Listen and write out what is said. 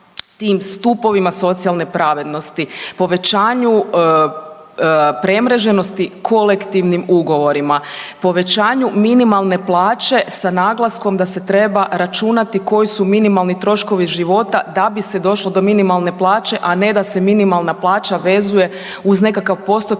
tim stupovima socijalne pravednosti, povećanju premreženosti kolektivnim ugovorima, povećanju minimalne plaće sa naglaskom da se treba računati koji su minimalni troškovi života da bi se došlo do minimalne plaće, a ne da se minimalna plaća vezuje uz nekakav postotak